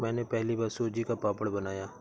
मैंने पहली बार सूजी का पापड़ बनाया